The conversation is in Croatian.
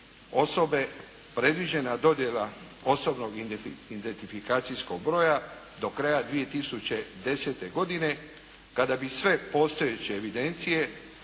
osobe predviđena dodjela osobnog identifikacijskog broja do kraja 2010. godine kada bi sve postojeće evidencije